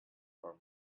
for